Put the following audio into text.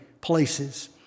places